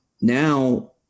now